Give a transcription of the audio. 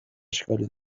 اشکالی